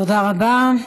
תודה רבה.